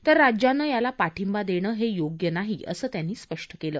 तर राज्यानं याला पाठिंबा देणं हे योग्य नाही असं त्यांनी स्पष्ट केलं